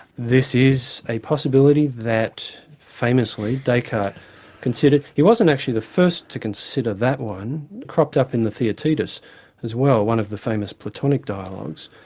this is a possibility that famously descartes considered. he wasn't actually the first to consider that one cropped up in the theaetetus as well, one of the famous platonic dialogues.